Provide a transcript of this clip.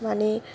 মানে